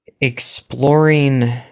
exploring